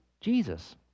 Jesus